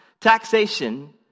taxation